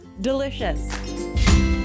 delicious